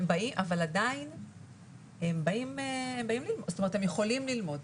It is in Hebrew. הם יכולים ללמוד.